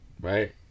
right